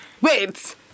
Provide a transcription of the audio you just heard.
Wait